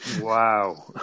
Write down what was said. Wow